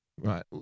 right